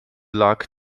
luck